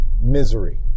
misery